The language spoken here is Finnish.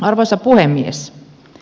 arvoisa puhemies